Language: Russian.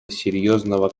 серьезного